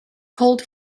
cold